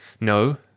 No